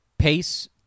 Pace